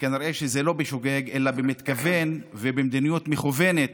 וכנראה זה לא בשוגג אלא במתכוון ובמדיניות מכוונת